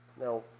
Now